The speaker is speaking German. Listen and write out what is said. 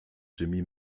jimmy